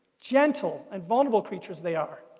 gentle and vulnerable creatures they are,